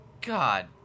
god